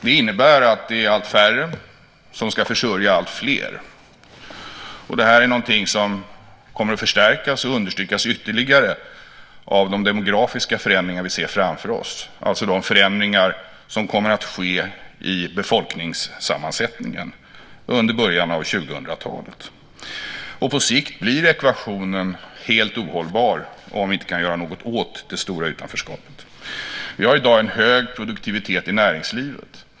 Det innebär att det är allt färre som ska försörja alltfler. Det är någonting som kommer att förstärkas och understrykas ytterligare av de demografiska förändringar vi ser framför oss, det vill säga de förändringar som kommer att ske i befolkningssammansättningen under början av 2000-talet. På sikt blir ekvationen helt ohållbar om vi inte kan göra någonting åt det stora utanförskapet. Vi har i dag en hög produktivitet i näringslivet.